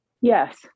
Yes